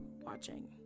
watching